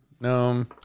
no